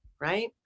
right